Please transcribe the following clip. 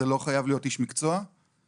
ברגע שהוא אומר שזאת חיית שירות, זאת חיית שירות.